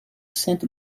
sainte